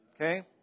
Okay